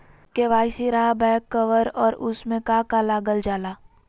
KYC रहा back cover और उसमें का का लागल जाला?